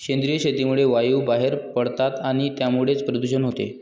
सेंद्रिय शेतीमुळे वायू बाहेर पडतात आणि त्यामुळेच प्रदूषण होते